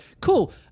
cool